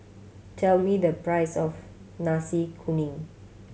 tell me the price of Nasi Kuning